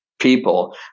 people